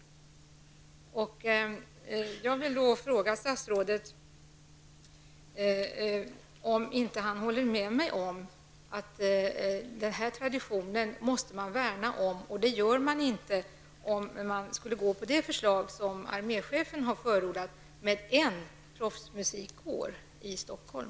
Jag vill fråga statsrådet om han inte håller med mig om att man måste värna om den här traditionen. Det gör man inte om man går på det förslag som arméchefen har förordat med en professionell musikkår i Stockholm.